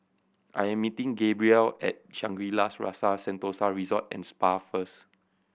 I am meeting Gabrielle at Shangri La's Rasa Sentosa Resort and Spa first